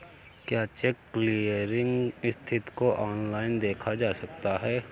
क्या cheque clearing स्थिति को ऑनलाइन देखा जा सकता है?